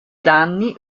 danni